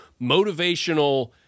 motivational